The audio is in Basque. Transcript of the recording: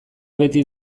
beti